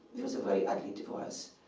it was a very ugly divorce.